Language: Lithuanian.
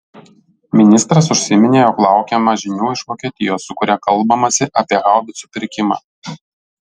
ministras užsiminė jog laukiama žinių iš vokietijos su kuria kalbamasi apie haubicų pirkimą